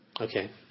Okay